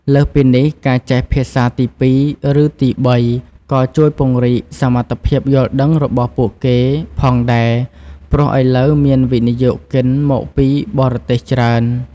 លើសពីនេះ ការចេះភាសាទីពីរ ឬទីបីក៏ជួយពង្រីកសមត្ថភាពយល់ដឹងរបស់ពួកគេផងដែរ ព្រោះឥឡូវមានវិនិយោគិនមកពីបរទេសច្រើន។